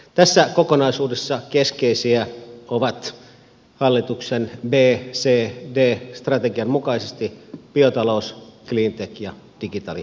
tässä kokonaisuudessa keskeisiä ovat hallituksen bcd strategian mukaisesti biotalous cleantech ja digitalisaatio